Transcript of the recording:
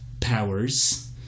Powers